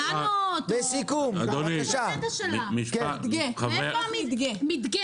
אולי נעשה מדגה על התבור.